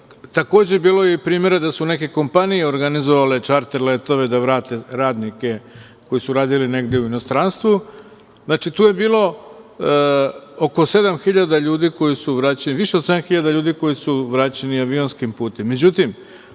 takođe je bilo i primera da su neke kompanije organizovale čarter letove da vrate radnike koji su radili negde u inostranstvu, znači tu je bilo više od 7000 ljudi koji su vraćeni avionskim